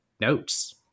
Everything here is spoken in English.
notes